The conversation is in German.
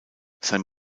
sein